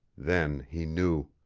then he knew.